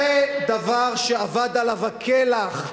זה דבר שאבד עליו כלח.